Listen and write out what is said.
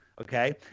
Okay